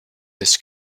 this